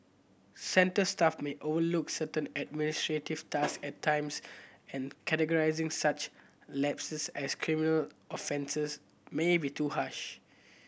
centre staff may overlook certain administrative task at times and categorising such lapses as criminal offences may be too harsh